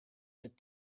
with